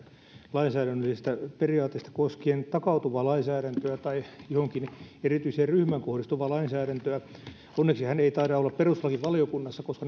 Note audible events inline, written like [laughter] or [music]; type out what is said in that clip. lainsäädännöllisistä periaatteista koskien takautuvaa lainsäädäntöä tai johonkin erityiseen ryhmään kohdistuvaa lainsäädäntöä onneksi hän ei taida olla perustuslakivaliokunnassa koska [unintelligible]